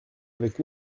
avec